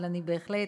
אבל אני בהחלט,